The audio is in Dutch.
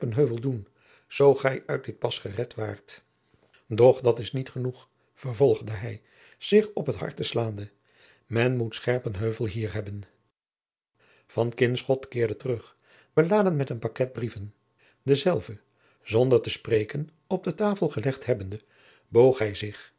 scherpenheuvel doen zoo gij uit dit pas gered waart doch dat is niet genoeg vervolgde hij zich op het hart slaande men moet scherpenheuvel hier hebben van kinschot keerde terug beladen met een paket brieven dezelve zonder te spreken op de tafel gelegd hebbende boog hij zich